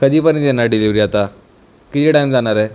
कधी पर्यंत येणार डिलिव्हरी आता किती टाईम जाणार आहे